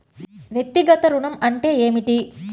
వ్యక్తిగత ఋణం అంటే ఏమిటి?